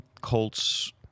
Colts